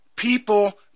People